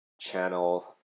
channel